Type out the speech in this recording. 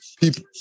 people